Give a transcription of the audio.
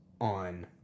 on